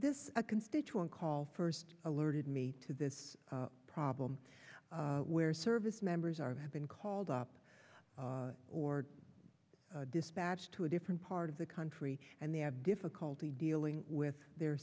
this a constituent call first alerted me to this problem where service members are have been called up or dispatched to a different part of the country and they have difficulty dealing with their